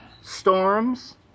storms